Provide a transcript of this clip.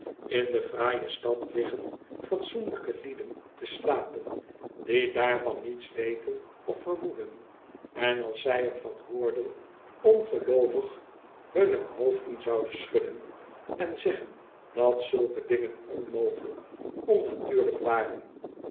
in de fraaie stad liggen fatsoenlyke lieden te slapen die daarvan niets weten of vermoeden en als zy er van hoorden ongeloovig hunne hoofden zouden schudden en zeggen dat zulke dingen onmogelyk onnatuurlyk waren